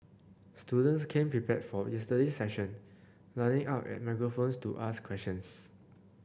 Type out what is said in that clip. students came prepared for yesterday's session lining up at microphones to ask questions